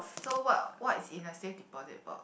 so what what is in a safe deposit box